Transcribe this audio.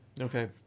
Okay